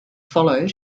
followed